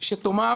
שתאמר